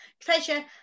treasure